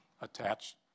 attached